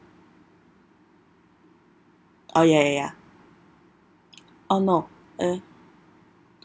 oh ya ya ya oh no eh